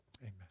amen